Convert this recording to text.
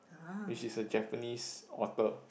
which is a Japanese author